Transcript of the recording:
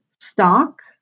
stock